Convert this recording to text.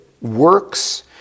works